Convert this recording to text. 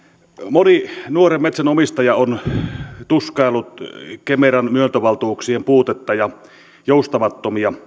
moni nuoren metsän omistaja on tuskaillut kemeran myöntövaltuuksien puutetta ja joustamattomia tukiehtoja tämän valmisteilla